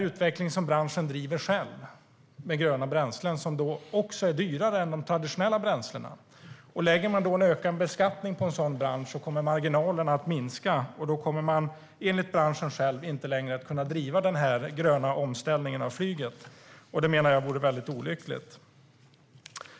Utvecklingen med gröna bränslen, som är dyrare än de traditionella bränslena, är något som branschen driver själv. Lägger man en ökad beskattning på en sådan bransch kommer marginalerna att minska, och då kommer man enligt branschen inte längre att kunna driva den gröna omställningen av flyget. Det menar jag vore väldigt olyckligt.